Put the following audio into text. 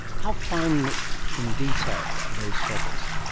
how fine in detail are those feathers?